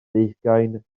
deugain